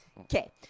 okay